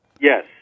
Yes